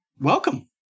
welcome